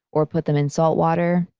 or put them in saltwater,